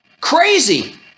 Crazy